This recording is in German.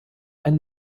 ein